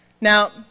Now